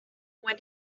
when